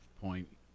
point